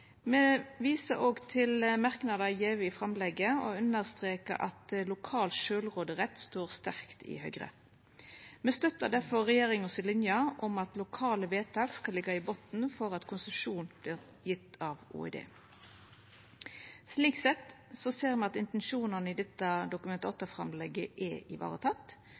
Me viser òg til merknader gjevne i framlegget og understrekar at lokal sjølvråderett står sterkt i Høgre. Me støttar difor regjeringas linje om at lokale vedtak skal liggja i botnen for at konsesjon vert gjeve av OED. Slik sett ser me at intensjonane i dette Dokument 8-forslaget er